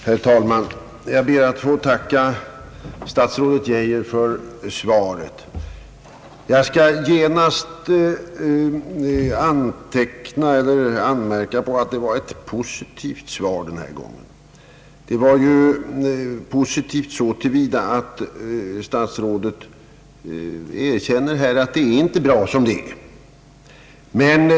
Herr talman! Jag ber att få tacka statsrådet Geijer för svaret. Jag skall genast göra den kommentaren att det var ett positivt svar denna gång, positivt så till vida att statsrådet här erkänner att det inte är bra som det är.